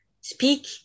speak